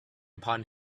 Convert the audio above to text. upon